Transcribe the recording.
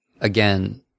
again